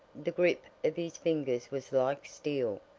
the grip of his fingers was like steel,